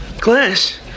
Glass